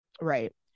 right